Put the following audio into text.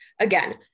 Again